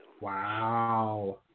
Wow